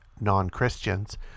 non-christians